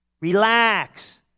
Relax